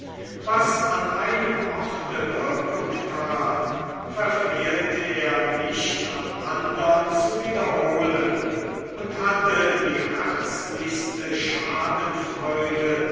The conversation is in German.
was an einem orte wirkung tat verfehlte er nicht am andern zu wiederholen und hatte die herzlichste schadenfreude